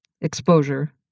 exposure